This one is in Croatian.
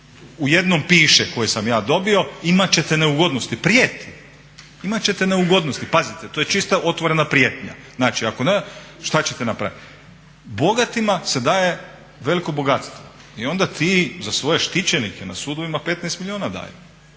u jednom piše koje sam ja dobio, imat ćete neugodnosti, prijeti, imat ćete neugodnosti. Pazite, to je čista otvorena prijetnja. Šta ćete napraviti? Bogatima se daje veliko bogatstvo i onda ti za svoje štićenike na sudovima 15 milijuna daju.